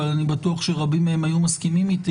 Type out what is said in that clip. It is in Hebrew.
אבל אני בטוח שרבים מהם היו מסכימים איתי